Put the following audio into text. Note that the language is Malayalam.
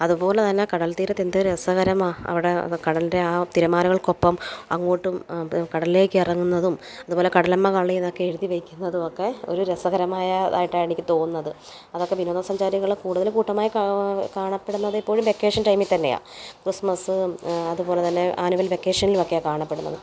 അതുപോലെ തന്നെ കടൽ തീരത്തെന്ത് രസകരമാണ് അവിടെ കടലിന്റെ ആ തിരമാലകൾക്കൊപ്പം അങ്ങോട്ടും കടൽലേക്കിറങ്ങുന്നതും അതുപോലെ കടലമ്മ കള്ളിന്നൊക്കെ എഴുതിവെക്കുന്നതും ഒക്കെ ഒരു രസകരമായ ആയിട്ടാണ് എനിക്ക് തോന്നുന്നത് അതൊക്കെ വിനോദസഞ്ചാരികൾ കൂടുതലും കൂട്ടമായി കാ കാണപ്പെടുന്നത് എപ്പോഴും വെക്കേഷൻ ടൈമിൽ തന്നെയാണ് ക്രിസ്മസും അതുപോലെ തന്നെ ആനുവൽ വെക്കേഷനിലും ഒക്കെയാണ് കാണപ്പെടുന്നത്